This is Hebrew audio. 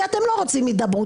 כי אתם לא רוצים הידברות,